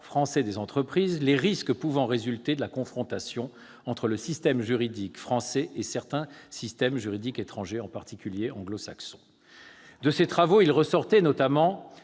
français des entreprises, pouvant résulter de la confrontation entre le système juridique français et certains systèmes juridiques étrangers, en particulier anglo-saxons. De ces travaux, il ressortait notamment